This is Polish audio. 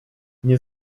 nie